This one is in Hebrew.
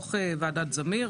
דוח ועדת זמיר.